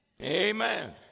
Amen